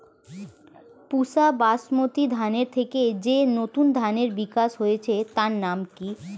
পুসা বাসমতি ধানের থেকে যে নতুন ধানের বিকাশ হয়েছে তার নাম কি?